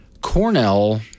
Cornell